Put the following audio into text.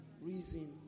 reason